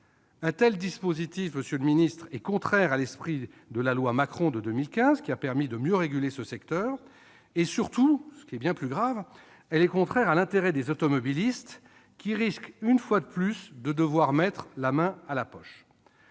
Un tel dispositif, monsieur le secrétaire d'État, est contraire à l'esprit de la loi Macron de 2015, qui a permis de mieux réguler ce secteur, et surtout, ce qui est bien plus grave, à l'intérêt des automobilistes, qui risquent, une fois de plus, de devoir mettre la main à la poche.